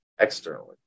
externally